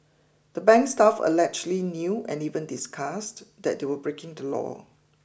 the bank's staff allegedly knew and even discussed that they were breaking the law